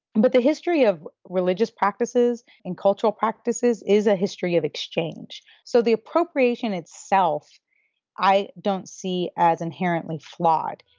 but the history of religious practices and in cultural practices is a history of exchange. so the appropriation itself i don't see as inherently flawed